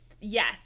Yes